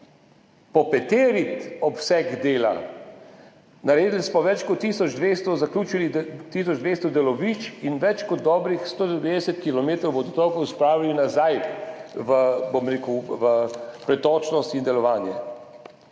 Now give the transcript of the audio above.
popeteriti obseg dela. Naredili smo več kot tisoč 200 delovišč in več kot dobrih 190 kilometrov vodotokov spravili nazaj v pretočnost in delovanje.